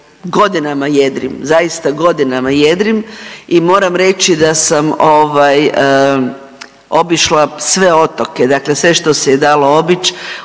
godinama jedrim, zaista godinama jedrim i moram reći da sam ovaj obišla sve otoke, dakle sve što se je dalo obići.